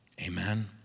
Amen